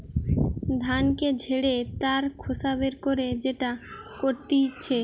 ধানকে ঝেড়ে তার খোসা বের করে যেটা করতিছে